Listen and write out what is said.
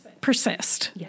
persist